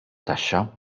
taxxa